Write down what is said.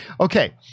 Okay